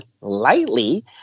lightly